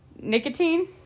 Nicotine